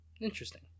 Interesting